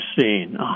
seen